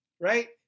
right